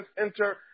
enter